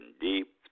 deep